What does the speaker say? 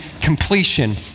completion